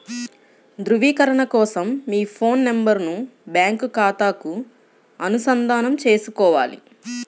ధ్రువీకరణ కోసం మీ ఫోన్ నెంబరును బ్యాంకు ఖాతాకు అనుసంధానం చేసుకోవాలి